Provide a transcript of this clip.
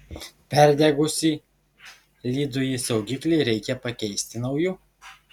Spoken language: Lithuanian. perdegusį lydųjį saugiklį reikia pakeisti nauju